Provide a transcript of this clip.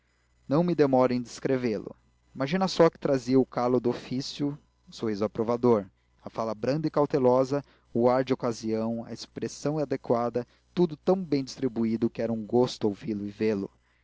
não me demoro em descrevê lo imagina só que trazia o calo do ofício o sorriso aprovador a fala branda e cautelosa o ar da ocasião a expressão adequada tudo tão bem distribuído que era um gosto ouvi-lo e vê-lo